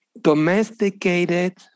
domesticated